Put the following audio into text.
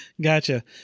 Gotcha